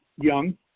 young